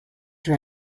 your